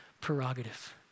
prerogative